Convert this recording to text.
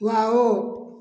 wow